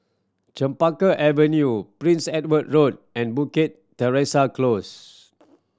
Chempaka Avenue Prince Edward Road and Bukit Teresa Close